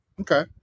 Okay